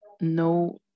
no